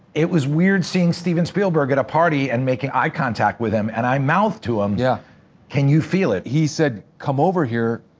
it was weird seeing steven spielberg at a party and making eye contact with him and i mouthed to him, yeah can you feel it? he said, come over here,